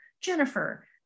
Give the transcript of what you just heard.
Jennifer